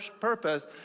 purpose